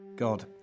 God